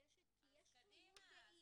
מחודשת כי יש תמימות דעים,